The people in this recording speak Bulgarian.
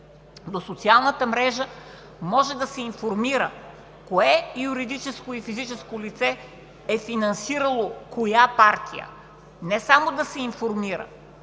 до социалната мрежа, може да се информира кое юридическо и физическо лице е финансирало партия. Не само да се информира,